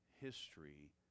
history